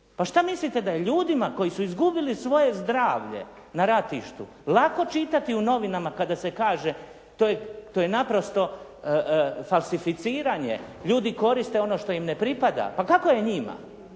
Pa šta mislite da je ljudima koji su izgubili svoje zdravlje na ratištu lako čitati u novinama kada se kaže do je naprosto falsificiranje. Ljudi koriste ono što im ne pripada. Pa kako je njima?